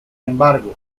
embargo